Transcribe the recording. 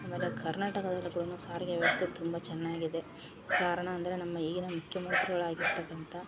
ಅಮೇಲೆ ಕರ್ನಾಟಕದಲ್ಲಿ ಕೂಡಾ ಸಾರಿಗೆ ವ್ಯವಸ್ಥೆ ತುಂಬ ಚೆನ್ನಾಗಿದೆ ಕಾರಣ ಅಂದರೆ ನಮ್ಮ ಈಗಿನ ಮುಖ್ಯಮಂತ್ರಿಗಳ್ ಆಗಿರ್ತಕ್ಕಂಥ